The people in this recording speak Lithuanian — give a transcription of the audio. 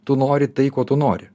tu nori tai ko tu nori